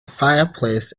fireplace